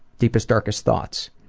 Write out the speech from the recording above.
deepest, darkest thoughts?